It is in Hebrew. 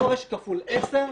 שורש כפול עשר,